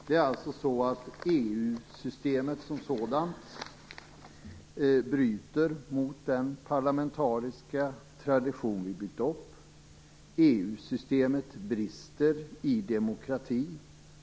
Det är alltså så att EU-systemet som sådant bryter mot den parlamentariska tradition vi byggt upp. EU systemet brister i demokrati.